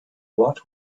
what